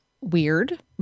weird